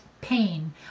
pain